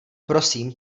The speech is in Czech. prosím